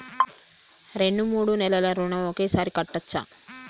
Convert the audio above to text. రెండు మూడు నెలల ఋణం ఒకేసారి కట్టచ్చా?